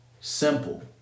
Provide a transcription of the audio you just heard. Simple